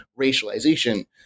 racialization